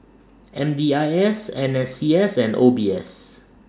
M D I S N S C S and O B S